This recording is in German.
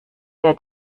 der